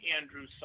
andrew